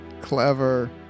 Clever